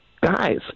guys